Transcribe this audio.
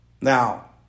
Now